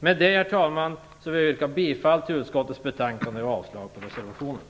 Med det, herr talman, vill jag yrka bifall till utskottets hemställan och avslag på reservationerna.